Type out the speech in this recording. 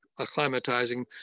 acclimatizing